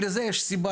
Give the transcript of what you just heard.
ולזה יש סיבה,